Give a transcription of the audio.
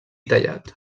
tallat